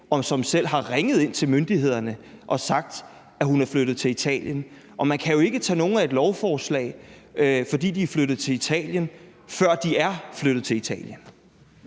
og som selv har ringet ind til myndighederne og sagt, at hun er flyttet til Italien? Man kan jo ikke tage nogen af et lovforslag, fordi de er flyttet til Italien, før de er flyttet til Italien.